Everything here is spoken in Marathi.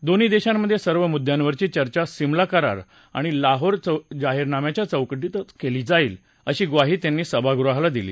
दोन्ही देशांमधे सर्व मुद्यांवरची चर्चा सिमला करार आणि लाहोर जाहीरनाम्याच्या चौकटीतच केली जाईल अशी ग्वाही त्यांनी सभागृहाला दिली